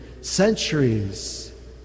centuries